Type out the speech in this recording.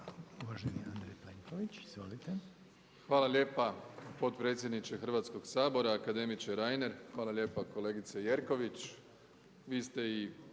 **Plenković, Andrej (HDZ)** Hvala lijepa potpredsjedniče Hrvatskoga sabora, akademiče Reiner, hvala lijepa kolegice Jerković.